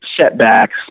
setbacks